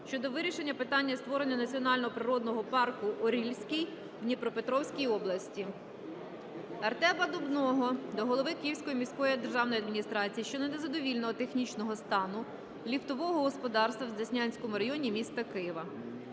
щодо вирішення питання створення Національного природного парку "Орільський" в Дніпропетровській області. Артема Дубнова до голови Київської міської державної адміністрації щодо незадовільного технічного стану ліфтового господарства в Деснянському районі міста Києва.